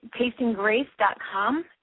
tastinggrace.com